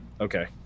Okay